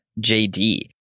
JD